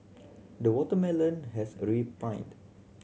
the watermelon has